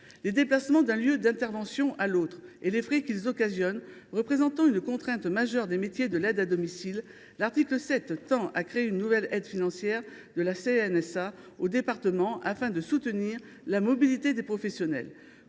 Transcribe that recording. Les déplacements d’un lieu d’intervention à un autre et les frais qu’ils occasionnent représentant une contrainte majeure des métiers de l’aide à domicile, l’article 7 crée une nouvelle aide financière de la CNSA aux départements, afin de soutenir la mobilité des professionnels.